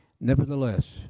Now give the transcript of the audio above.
Nevertheless